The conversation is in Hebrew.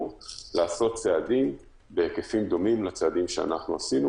לעשות צעדים בהיקפים דומים לצעדים שאנחנו עשינו,